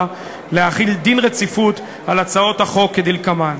להחיל דין רציפות על הצעות החוק כדלקמן: